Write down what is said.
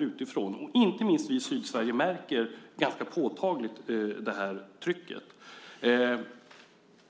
utifrån. Inte minst vi i Sydsverige märker ganska påtagligt det trycket.